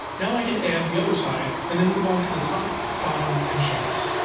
now i can add the other side and then move on to the top, bottom, and shelves.